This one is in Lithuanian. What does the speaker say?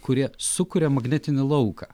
kurie sukuria magnetinį lauką